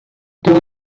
gotta